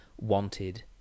wanted